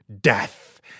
death